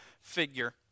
figure